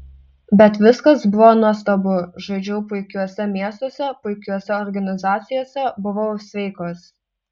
bet viskas buvo nuostabu žaidžiau puikiuose miestuose puikiose organizacijose buvau sveikas